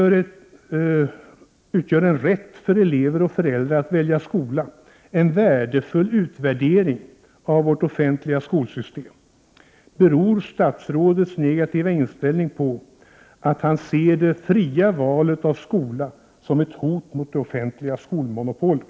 Rätten för elever och föräldrar att välja skola utgör en värdefull utvärdering av vårt offentliga skolsystem. Beror statsrådets negativa inställning på att han ser det fria valet av skola som ett hot mot det offentliga skolmonopolet?